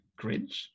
Grinch